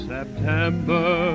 September